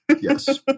Yes